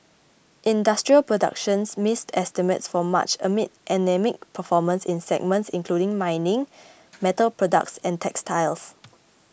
industrial productions missed estimates for March amid anaemic performance in segments including mining metal products and textiles